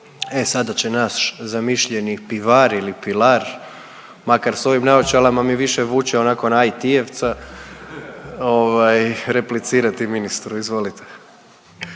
E sada će naš zamišljeni pivar ili pilar makar s ovim naočalama mi više vuče onako na IT-ievca ovaj replicirati ministru. Izvolite.